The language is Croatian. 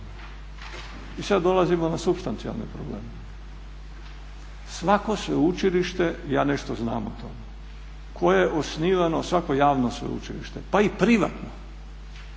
I sad dolazimo na supstancijalne probleme. Svako sveučilište, ja nešto znam o tome, koje je osnivano, svako javno sveučilište pa i privatno